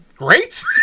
great